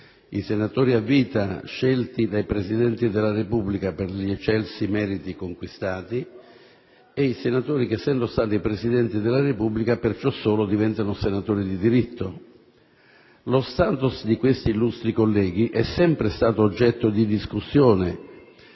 I senatori a vita scelti dai Presidenti della Repubblica per gli eccelsi meriti conquistati e i senatori che sono stati Presidenti della Repubblica e per ciò solo diventano senatori di diritto. Lo *status* di questi illustri colleghi è sempre stato oggetto di discussione